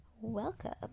Welcome